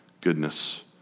goodness